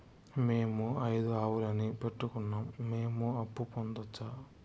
మేము ఐదు ఆవులని పెట్టుకున్నాం, మేము అప్పు పొందొచ్చా